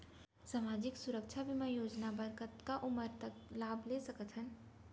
सामाजिक सुरक्षा बीमा योजना बर कतका उमर तक लाभ ले सकथन?